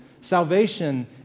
Salvation